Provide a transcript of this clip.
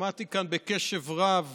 שמעתי כאן בקשב רב